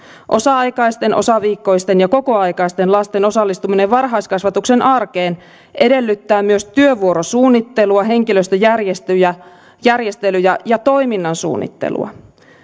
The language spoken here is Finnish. osa aikaisten osaviikkoisten ja kokoaikaisten lasten osallistuminen varhaiskasvatuksen arkeen edellyttää myös työvuorosuunnittelua henkilöstöjärjestelyjä ja ja toiminnan suunnittelua